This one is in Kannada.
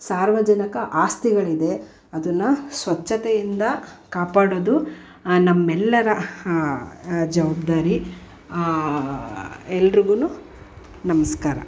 ಸಾರ್ವಜನಿಕ ಆಸ್ತಿಗಳಿದೆ ಅದನ್ನ ಸ್ವಚ್ಛತೆಯಿಂದ ಕಾಪಾಡೋದು ನಮ್ಮೆಲ್ಲರ ಜವಾಬ್ದಾರಿ ಎಲ್ರಿಗೂ ನಮಸ್ಕಾರ